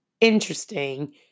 interesting